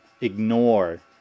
ignore